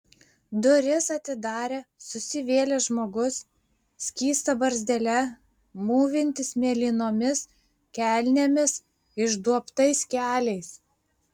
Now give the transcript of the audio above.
duris atidarė susivėlęs žmogus skysta barzdele mūvintis mėlynomis kelnėmis išduobtais keliais